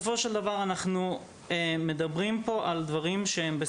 יש לנו שמש וזה נורא